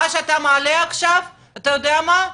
מה שאתה מעלה עכשיו, אתה יודע מה,